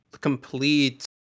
complete